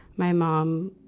my mom,